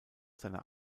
seiner